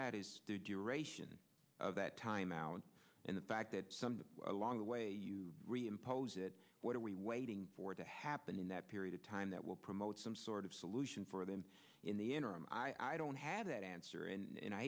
that is duration of that time out and the fact that something along the way you reimpose it what are we waiting for to happen in that period of time that will promote some sort of solution for them in the interim i don't have that answer and